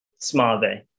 Smave